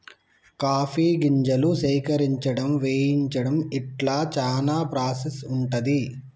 coffee గింజలు సేకరించడం వేయించడం ఇట్లా చానా ప్రాసెస్ ఉంటది